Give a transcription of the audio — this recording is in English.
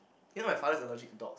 you know my father is allergic to dog